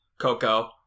Coco